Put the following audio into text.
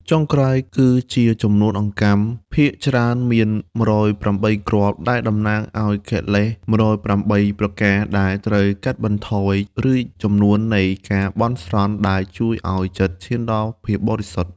ចុងក្រោយ គឺជាចំនួនអង្កាំ ភាគច្រើនមាន ១០៨ គ្រាប់ ដែលតំណាងឱ្យកិលេស ១០៨ ប្រការដែលត្រូវកាត់បន្ថយ ឬចំនួននៃការបន់ស្រន់ ដែលជួយឱ្យចិត្តឈានដល់ភាពបរិសុទ្ធ។